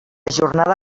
jornada